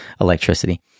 electricity